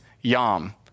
yom